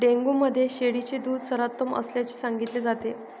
dengue मध्ये शेळीचे दूध सर्वोत्तम असल्याचे सांगितले जाते